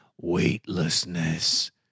weightlessness